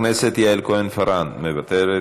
כהן-פארן, מוותרת.